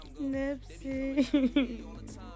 Nipsey